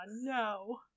no